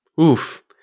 Oof